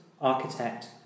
architect